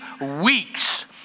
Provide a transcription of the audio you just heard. weeks